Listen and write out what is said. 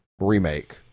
remake